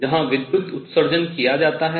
जहां विद्युत् विसर्जन किया जाता है